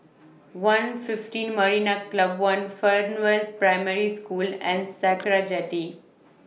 one fifteen Marina Club one Fernvale Primary School and Sakra Jetty